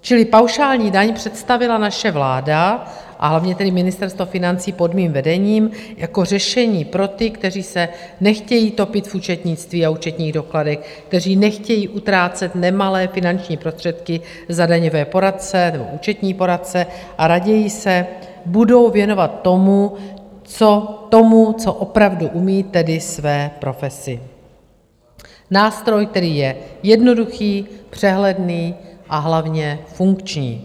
Čili paušální daň představila naše vláda, a hlavně tedy Ministerstvo financí pod mým vedením, jako řešení pro ty, kteří se nechtějí topit v účetnictví a účetních dokladech, kteří nechtějí utrácet nemalé finanční prostředky za daňové poradce nebo účetní poradce a raději se budou věnovat tomu, co opravdu umí, tedy své profesi, nástroj, který je jednoduchý, přehledný, a hlavně funkční.